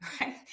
right